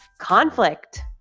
conflict